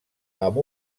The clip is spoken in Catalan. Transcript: amb